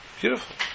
Beautiful